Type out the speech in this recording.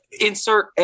insert